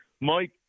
Mike